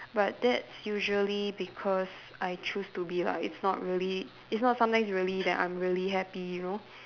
but that's usually because I choose to be lah it's not really it's not sometimes really that I'm really happy you know